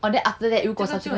oh then after that